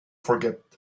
forget